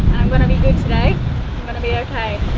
i'm gonna be good today, i'm gonna be okay.